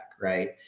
right